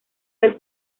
del